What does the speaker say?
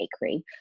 bakery